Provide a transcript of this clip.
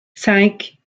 cinq